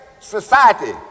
society